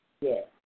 Yes